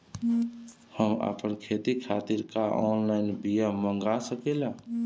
हम आपन खेती खातिर का ऑनलाइन बिया मँगा सकिला?